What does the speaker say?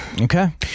Okay